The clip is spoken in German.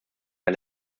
der